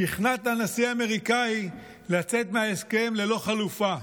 שכנעת נשיא אמריקאי לצאת מההסכם ללא חלופה.